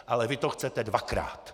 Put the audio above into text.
Ale vy to chcete dvakrát!